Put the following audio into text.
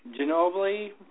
Ginobili